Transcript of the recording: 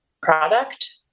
product